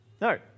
No